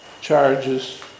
charges